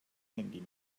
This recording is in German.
handy